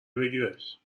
بگیرش